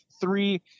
three